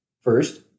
First